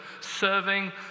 serving